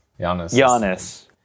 Giannis